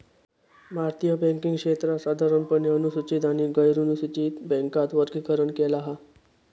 भारतीय बॅन्किंग क्षेत्राक साधारणपणे अनुसूचित आणि गैरनुसूचित बॅन्कात वर्गीकरण केला हा